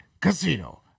Casino